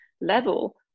level